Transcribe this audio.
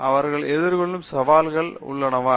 அவர்கள் எதிர்கொள்ளும் சவால்கள் உள்ளனவா